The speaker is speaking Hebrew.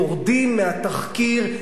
יורדים מהתחקיר,